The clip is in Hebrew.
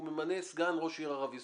הוא ממנה סגן ראש עיר ערבי,